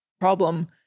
problem